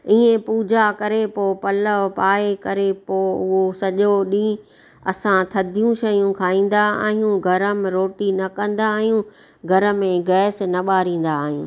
इहे पूॼा करे पोइ पलउ पाए करे पोइ उहो सॼो ॾींहुं असां थधियूं शयूं खाईंदा आहियूं गर्मु रोटी न कंदा आहियूं घर में गैस न ॿारींदा आहियूं